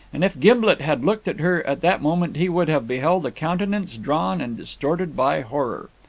and if gimblet had looked at her at that moment he would have beheld a countenance drawn and distorted by horror.